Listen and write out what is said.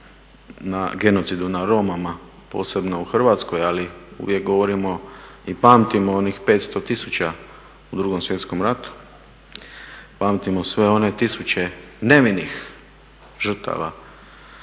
na genocid nad Romima posebno u Hrvatskoj ali uvijek govorimo i pamtimo onih 500 000 u Drugom svjetskom ratu, pamtimo sve one tisuće nevinih žrtava